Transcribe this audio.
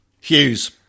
Hughes